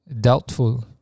doubtful